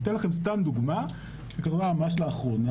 אני אתן לכם דוגמה, זה קרה ממש לאחרונה.